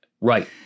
Right